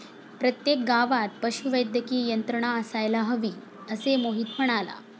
प्रत्येक गावात पशुवैद्यकीय यंत्रणा असायला हवी, असे मोहित म्हणाला